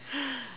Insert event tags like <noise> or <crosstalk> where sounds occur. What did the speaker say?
<noise>